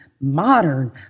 modern